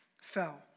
fell